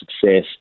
success